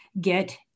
get